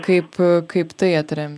kaip kaip tai atremti